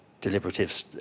deliberative